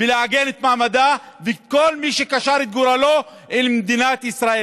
ולעגן את מעמדו של כל מי שקשר את גורלו עם מדינת ישראל,